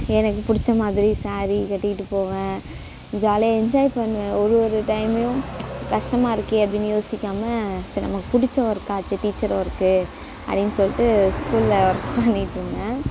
எனக்கு பிடிச்சமாதிரி சாரி கட்டிட்டு போவேன் ஜாலியாக என்ஜாய் பண்ணுவேன் ஒரு ஒரு டைம்லயும் கஷ்டமாக இருக்கே அப்படினு யோசிக்காமல் சரி நமக்கு பிடிச்ச ஒர்க்கா ஆச்சு டீச்சர் ஒர்க் அப்படினு சொல்லிட்டு ஸ்கூல்ல ஒர்க் பண்ணிட்டு இருந்தேன்